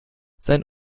sein